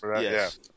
yes